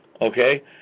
Okay